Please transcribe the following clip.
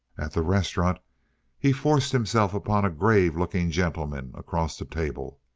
at the restaurant he forced himself upon a grave-looking gentleman across the table.